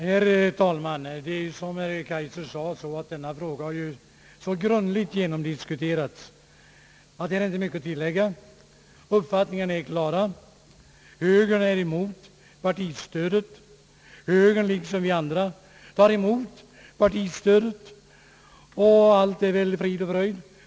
Herr talman! Denna fråga har ju, som herr Kaijser sade, diskuterats så grundligt att det inte finns mycket att tillägga. Uppfattningarna är klara. Högern är Ang. bidrag till politiska partier emot partistödet. Liksom vi andra tar högern dock emot partistödet, och allt är frid och fröjd.